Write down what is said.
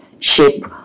shape